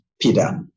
Peter